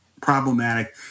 problematic